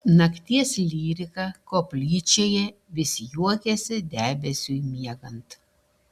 nakties lyrika koplyčioje vis juokėsi debesiui miegant